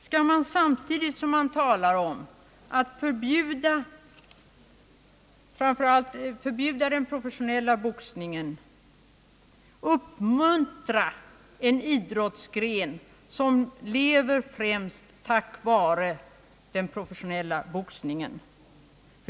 Skall vi, samtidigt som det talas om att förbjuda den professionella boxningen, uppmuntra en idrottsgren som lever främst tack vare den professionella boxningen?